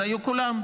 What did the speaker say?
זה היו כולם.